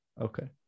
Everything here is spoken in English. Okay